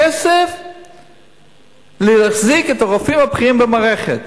כסף כדי להחזיק את הרופאים הבכירים במערכת.